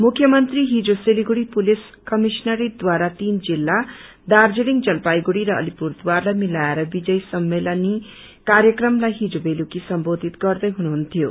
मुख्यमंत्री हिजो सिलीगुड़ी पुलिस कमिश्नरेटद्वारा तीन जिल्ला दार्जीतिङ जलापाईगुड़ी र अलिपुरद्वारलाई मिलाएर विजय सम्मेलनी कार्यक्रमलाई हिजो बुलुकी सम्बोधित गर्दैहुनुहुन्थ्यो